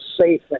safe